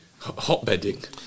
hotbedding